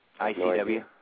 ICW